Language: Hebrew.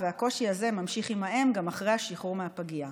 והקושי הזה ממשיך עם האם גם אחרי השחרור מהפגייה.